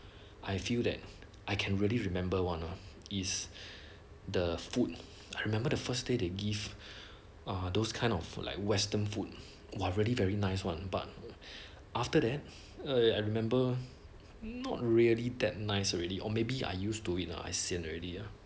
I feel that I can really remember one orh is the food I remember the first day to give err those kind of like western food !wah! really very nice one but after that I remember not really that nice already or maybe I used to it I sian already